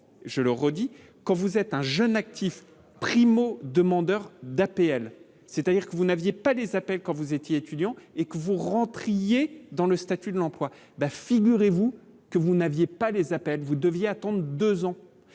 je le redis, quand vous êtes un jeune actif primo demandeurs d'APL, c'est à dire que vous n'aviez pas les appels quand vous étiez étudiant et que vous rentriez dans le statut de l'emploi ben figurez-vous que vous n'aviez pas les appels vous deviez attendre 2 ans,